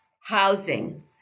housing